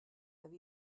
have